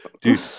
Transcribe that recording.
dude